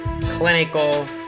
clinical